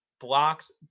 blocks